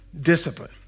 Discipline